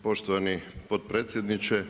Poštovani potpredsjedniče.